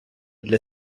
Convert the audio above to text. для